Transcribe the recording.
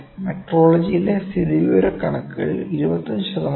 മെട്രോളജിയിലെ സ്ഥിതിവിവരക്കണക്കുകളിൽ 25 ശതമാനം